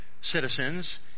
citizens